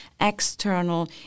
external